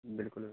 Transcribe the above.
बिल्कुल